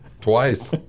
twice